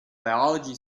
biology